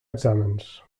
exàmens